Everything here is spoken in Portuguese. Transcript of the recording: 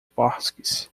bosques